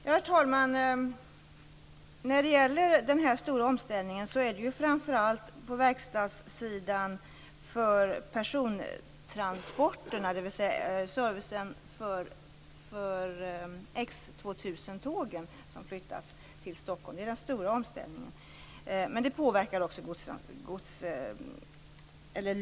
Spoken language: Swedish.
Herr talman! När det gäller den stora omställningen är det framför allt servicen för X 2000-tågen som flyttas till Stockholm. Det är den stora omställningen som också påverkar RC-loken.